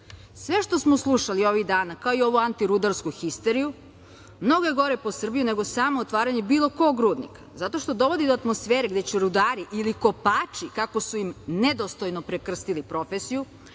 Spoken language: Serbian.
što smo slušali ovih dana, kao i ovu antirudarsku histeriju, mnogo je gore po Srbiju nego samo otvaranje bilo kog rudnika, zato što dovodi do atmosfere gde će rudari, ili kopači, kako su im nedostojno prekrstili profesiju,